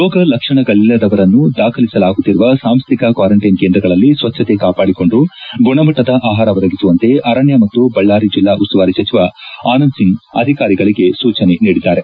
ರೋಗ ಲಕ್ಷಣಗಳಿಲ್ಲದವರನ್ನು ದಾಖಲಿಸಲಾಗುತ್ತಿರುವ ಸಾಂಸ್ಟಿಕ ಕ್ವಾರಂಟ್ಟಿನ್ ಕೇಂದ್ರಗಳಲ್ಲಿ ಸ್ವಚ್ಛತೆ ಕಾಪಾಡಿಕೊಂಡು ಗುಣಮಟ್ಟದ ಆಹಾರ ಒದಗಿಸುವಂತೆ ಅರಣ್ಯ ಮತ್ತು ಬಳ್ಳಾರಿ ಜಿಲ್ಲಾ ಉಸ್ತುವಾರಿ ಸಚಿವ ಆನಂದ್ ಸಿಂಗ್ ಅಧಿಕಾರಿಗಳಿಗೆ ಸೂಚನೆ ನೀಡಿದ್ದಾರೆ